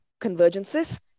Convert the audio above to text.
convergences